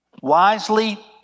wisely